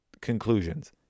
conclusions